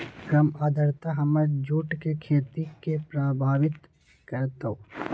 कम आद्रता हमर जुट के खेती के प्रभावित कारतै?